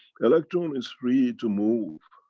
electron is free to move.